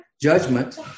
judgment